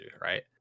right